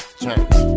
change